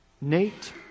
Nate